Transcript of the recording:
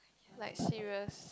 like serious